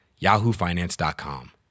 yahoofinance.com